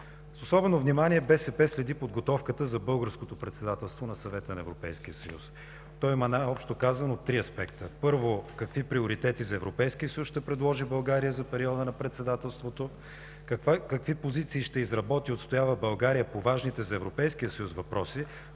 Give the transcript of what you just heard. С особено внимание БСП следи подготовката за Българското председателство на Съвета на Европейския съюз. То има, най-общо казано, три аспекта. Първо, какви приоритети за Европейския съюз ще предложи България за периода на председателството? Какви позиции ще изработи и отстоява България по важните за Европейския съюз въпроси,